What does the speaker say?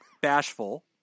Bashful